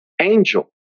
angel